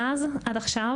מאז ועד עכשיו,